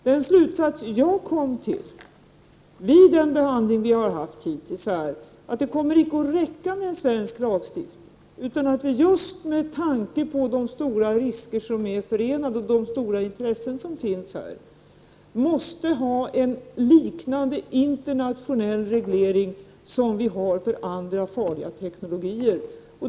Den slutsats som jag har kommit fram till vid den behandling som vi har haft hittills är att det icke kommer att räcka med en svensk lagstiftning, utan att vi, just med tanke på de stora risker som är förenade med och de starka intressen som finns företrädda inom bioteknologin, måste ha en liknande internationell reglering som för andra farliga teknologier.